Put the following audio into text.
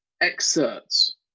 excerpts